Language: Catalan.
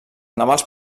navals